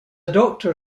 doctor